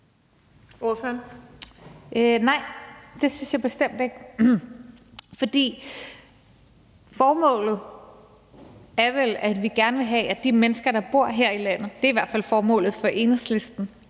Lund (EL): Nej, det synes jeg bestemt ikke. Formålet er vel, at vi gerne vil have, at de mennesker, der bor her i landet – det er i hvert fald formålet for Enhedslisten